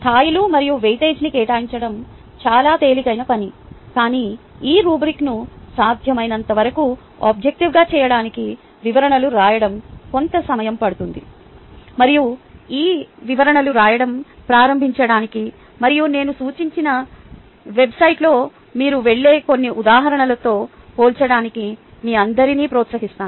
స్థాయిలు మరియు వెయిటేజీని కేటాయించడం చాలా తేలికైన పని కానీ ఈ రుబ్రిక్ను సాధ్యమైనంతవరకు ఆబ్జెక్టివ్గా చేయడానికి వివరణలు రాయడం కొంత సమయం పడుతుంది మరియు ఈ వివరణలను రాయడం ప్రారంభించడానికి మరియు నేను సూచించిన వెబ్సైట్లో మీరు వెళ్ళే కొన్ని ఉదాహరణలతో పోల్చడానికి మీ అందరినీ ప్రోత్సహిస్తాను